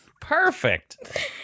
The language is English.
Perfect